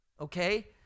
Okay